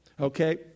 Okay